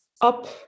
up